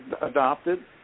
adopted